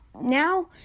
now